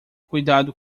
cuidado